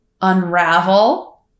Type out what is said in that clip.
unravel